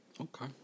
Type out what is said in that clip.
Okay